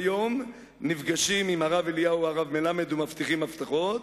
ביום נפגשים עם הרב אליהו ועם הרב מלמד ומבטיחים הבטחות,